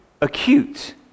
acute